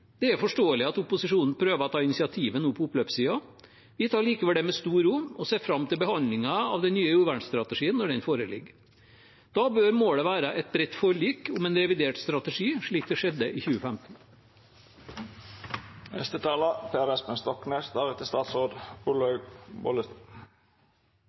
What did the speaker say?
Det er forståelig at opposisjonen prøver å ta initiativet nå på oppløpssiden. Vi tar likevel det med stor ro og ser fram til behandlingen av den nye jordvernstrategien når den foreligger. Da bør målet være et bredt forlik om en revidert strategi, slik det skjedde i